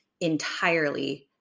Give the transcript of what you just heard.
entirely